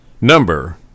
number